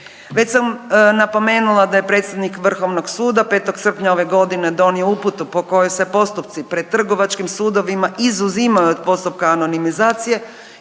Već sam napomenula da je predsjednik Vrhovnog suda 5. srpnja ove godine donio uputu po kojoj se postupci pred trgovačkim sudovima izuzimaju od postupka anonimizacije